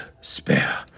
spare